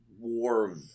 war